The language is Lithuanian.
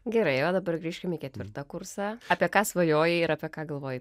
gerai o dabar grįžkim į ketvirtą kursą apie ką svajojai ir apie ką galvojai